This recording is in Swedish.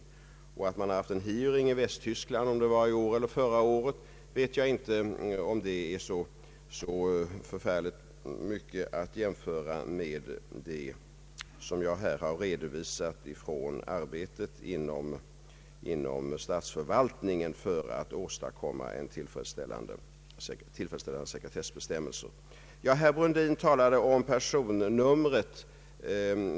Det faktum att man har haft en hearing i Västtyskland vet jag inte om vi bör jämföra med vad jag här har redovisat från arbetet inom statsförvaltningen för att åstadkomma tillfredsställande <sekretessbestämmelser. Herr Brundin talade om personnumret.